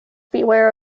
beware